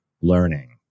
learning